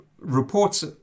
reports